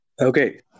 Okay